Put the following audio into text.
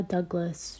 Douglas